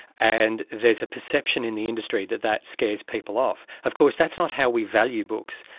and there's a perception in the industry that that scares people off. of course that's not how we value books.